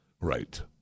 Right